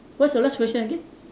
what's your last question again